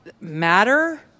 matter